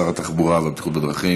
שר התחבורה והבטיחות בדרכים,